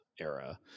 era